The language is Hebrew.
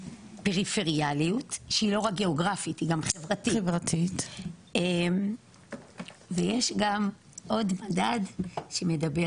פריפריאליות שהיא לא רק גאוגרפית אלא חברתית ויש גם עוד מדד שמדבר